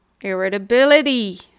irritability